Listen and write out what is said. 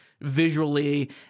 visually